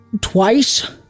Twice